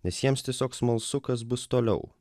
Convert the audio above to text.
nes jiems tiesiog smalsu kas bus toliau